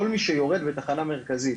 כל מי שיורד בתחנה המרכזית,